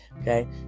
Okay